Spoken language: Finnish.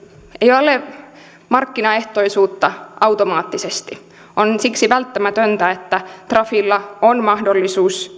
ole markkinaehtoisuutta automaattisesti on siksi välttämätöntä että trafilla on mahdollisuus